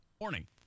Morning